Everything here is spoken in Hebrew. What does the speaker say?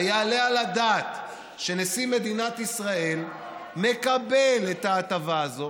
היעלה על הדעת שנשיא מדינת ישראל מקבל את ההטבה הזאת